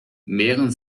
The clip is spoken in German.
mehren